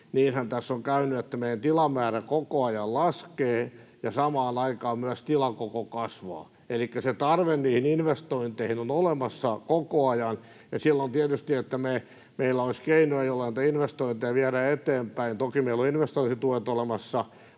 niinhän tässä on käynyt, että meidän tilamäärä koko ajan laskee ja samaan aikaan myös tilakoko kasvaa, elikkä se tarve niihin investointeihin on olemassa koko ajan, ja silloin tietysti meillä tulisi olla keinoja, joilla näitä investointeja viedä eteenpäin. Toki meillä on investointituet olemassa,